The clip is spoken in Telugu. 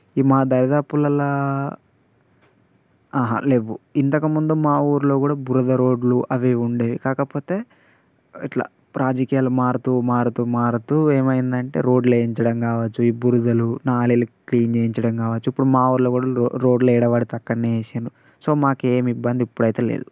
ఈ మా దరిదాపులల్లా లేవు ఇంతకుముందు మా ఊళ్ళో కూడా బురద రోడ్లు అవి ఉండేవి కాకపోతే ఇట్లా రాజకీయాలు మారుతు మారుతు మారుతు ఏమైంది అంటే రోడ్లు వేయించడం కావచ్చు ఈ బురదలు నాళేలు క్లీన్ చేయించడం కావచ్చు ఇప్పుడు మా ఊళ్ళో కూడా రో రోడ్లు ఏడబడితే అక్కడ వేసిండ్రు సో మాకు ఏ ఇబ్బంది ఇప్పుడైతే లేదు